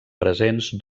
presents